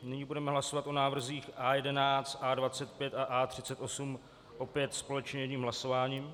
Nyní budeme hlasovat o návrzích A11, A25 a A38 opět společně jedním hlasováním.